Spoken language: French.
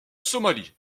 somalie